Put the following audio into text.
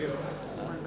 נתקבלה.